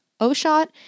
O-Shot